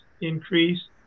increase